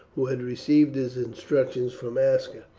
who had received his instructions from aska.